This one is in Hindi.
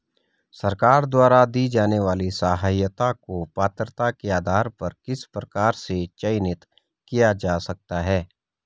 सरकार द्वारा दी जाने वाली सहायता को पात्रता के आधार पर किस प्रकार से चयनित किया जा सकता है?